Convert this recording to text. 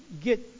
get